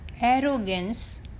arrogance